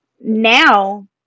now